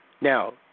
Now